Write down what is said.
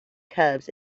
cubs